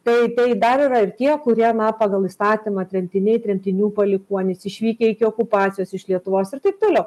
tai tai dar yra tie kurie pagal įstatymą tremtiniai tremtinių palikuonys išvykę iki okupacijos iš lietuvos ir taip toliau